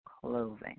clothing